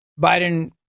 Biden